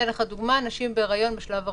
לדוגמה: נשים בהיריון בשלב הראשון.